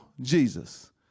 Jesus